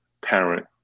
parent